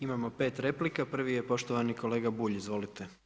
Imamo 5 replika, prvi je poštovani kolega Bulj, izvolite.